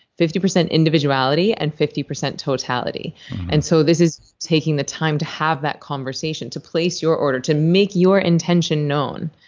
fifty percent individuality and fifty percent totality and so this is taking the time to have that conversation, to place your order, to make your intention known.